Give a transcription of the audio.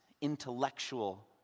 intellectual